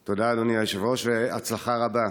תודה, אדוני היושב-ראש, והצלחה רבה.